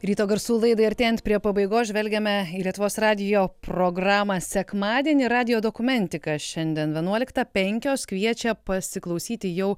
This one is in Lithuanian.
ryto garsų laidai artėjant prie pabaigos žvelgiame į lietuvos radijo programą sekmadienį radijo dokumentika šiandien vienuoliktą penkios kviečia pasiklausyti jau